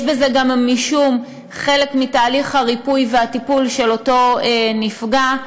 יש בזה גם משום חלק מתהליך הריפוי והטיפול של אותו נפגע.